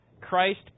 Christ